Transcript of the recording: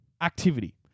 activity